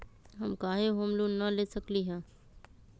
हम काहे home loan न ले सकली ह?